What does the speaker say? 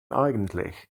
eigentlich